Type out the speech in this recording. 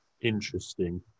Interesting